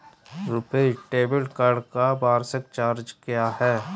RuPay debit card का वार्षिक charge क्या है?